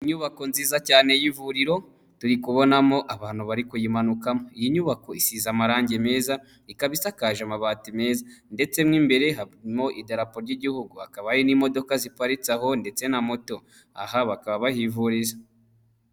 Inyubako nziza cyane y'ivuriro turi kubonamo abantu bari kuyimanukamo iyi nyubako isize amarangi meza ikaba isakaje amabati meza ndetse n'imbere harimo idarapo ry'igihugu hakaba n'imodoka ziparitse aho ndetse na moto aha bakaba bahivuriza.